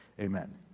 Amen